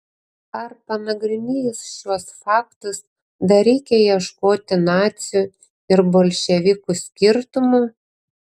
ar panagrinėjus šiuos faktus dar reikia ieškoti nacių ir bolševikų skirtumų